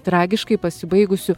tragiškai pasibaigusiu